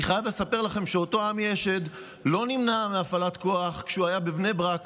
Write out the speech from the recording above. אני חייב לספר לכם שאותו עמי אשד לא נמנע מהפעלת כוח כשהוא היה בבני ברק